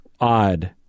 odd